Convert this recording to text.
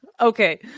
Okay